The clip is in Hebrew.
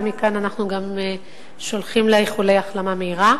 ומכאן אנחנו גם שולחים לה איחולי החלמה מהירה.